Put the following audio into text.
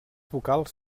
vocals